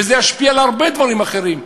וזה ישפיע על הרבה דברים אחרים.